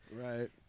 Right